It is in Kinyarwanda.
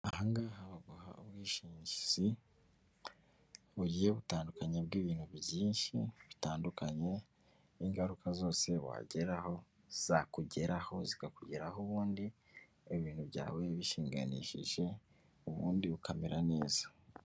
Ahangaha baguha ubwishinzi bugiye butandukanye bw'ibintu byinshi bitandukanye, ingaruka zose wageraho zakugeraho zikakugeraho ubundi ibintu byawe bishinganishije ubundi ukamera neza.